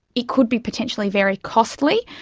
it could be potentially very costly,